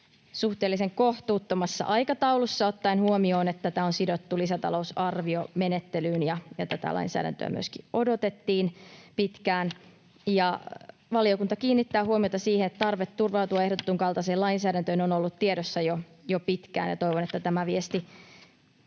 suhteellisen kohtuuttomassa aikataulussa ottaen huomioon, että tämä on sidottu lisätalousarviomenettelyyn ja tätä lainsäädäntöä myöskin odotettiin pitkään. Ja valiokunta kiinnittää huomiota siihen, että tarve turvautua ehdotetun kaltaiseen lainsäädäntöön on ollut tiedossa jo pitkään, ja toivon, että tämä viesti